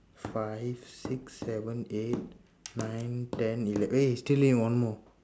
five six seven eight nine ten eleven wait still need one more